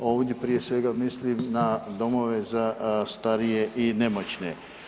Ovdje prije svega mislim na domove za starije i nemoćne.